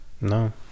No